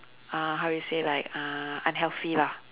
uh how you say like uh unhealthy lah